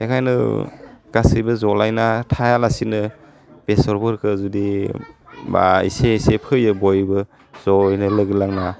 बेखायनो गासिबो जलायना थाया लासिनो बेसरफोरखौ जुदि बा इसे इसे फोयो बयबो जयैनो लोगो लाना